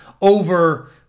over